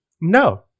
No